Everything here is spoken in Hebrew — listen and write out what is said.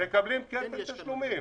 ומקבלים כפל תשלומים.